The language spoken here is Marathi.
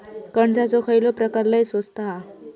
कणसाचो खयलो प्रकार लय स्वस्त हा?